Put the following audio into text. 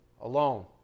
alone